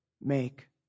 make